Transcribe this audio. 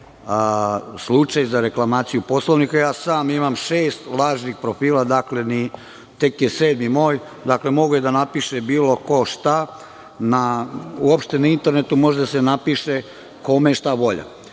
slučaj za reklamaciju Poslovnika. Ja sam imam šest lažnih profila, tek je sedmi moj. Dakle, mogao je da napiše bilo ko šta. Uopšte na internetu može da se napiše kome je šta volja. Ne